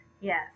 Yes